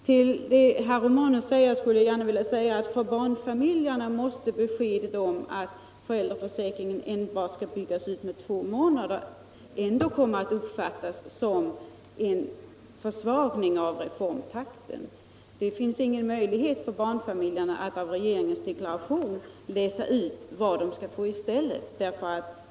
Till herr Romanus skulle jag vilja säga att för barnfamiljerna måste beskedet om att föräldraförsäkringen enbart skall byggas ut med två månader komma att uppfattas som en försvagning av reformtakten. Det finns ingen möjlighet för barnfamiljerna att av regeringsdeklarationen utläsa vad de skall få i stället.